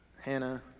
Hannah